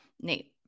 Nate